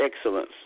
excellence